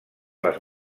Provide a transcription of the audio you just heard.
les